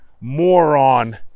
moron